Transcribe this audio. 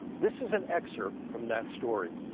this is an excerpt from that story.